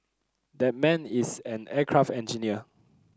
that man is an aircraft engineer